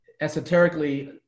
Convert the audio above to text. esoterically